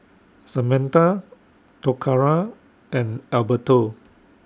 Samantha Toccara and Alberto